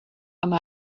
among